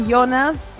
Jonas